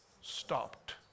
stopped